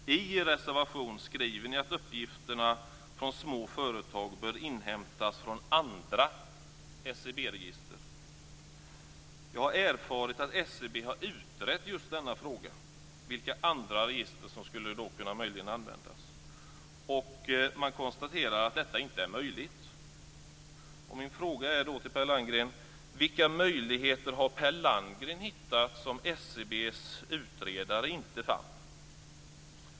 I er reservation skriver ni att uppgifterna från små företag bör inhämtas från andra SCB-register. Jag har erfarit att SCB har utrett just denna fråga, dvs. vilka andra register som möjligen skulle kunna användas, och konstaterat att detta inte är möjligt. Min fråga blir då: Vilka möjligheter har Per Landgren hittat som SCB:s utredare inte fann?